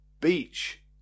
beach